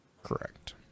correct